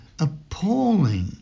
appalling